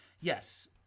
yes